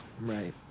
Right